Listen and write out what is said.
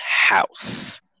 house